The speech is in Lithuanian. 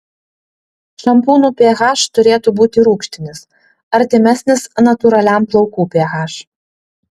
šampūnų ph turėtų būti rūgštinis artimesnis natūraliam plaukų ph